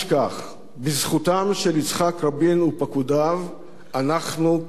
בזכותם של יצחק רבין ופקודיו אנחנו כאן היום,